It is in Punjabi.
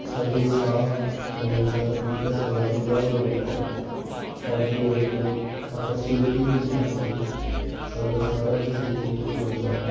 ਸਾਡੇ ਸਾਹ ਲੈਣ ਦਾ ਤਰੀਕਾ ਸਾਡਾ ਵਧੀਆ ਹੋ ਜਾਂਦਾ ਹੈ ਸਾਡੇ ਅੰਦਰ ਆਪਾਂ ਛੇਤੀ ਨਹੀਂ ਥੱਕਦੇ ਸਾਡਾ ਸਾਰਾ ਕੁਛ ਹੀ ਠੀਕ ਹੋ ਜਾਂਦਾ